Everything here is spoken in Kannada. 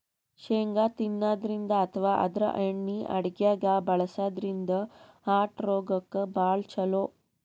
ಶೇಂಗಾ ತಿನ್ನದ್ರಿನ್ದ ಅಥವಾ ಆದ್ರ ಎಣ್ಣಿ ಅಡಗ್ಯಾಗ್ ಬಳಸದ್ರಿನ್ದ ಹಾರ್ಟ್ ರೋಗಕ್ಕ್ ಭಾಳ್ ಛಲೋ